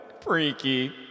freaky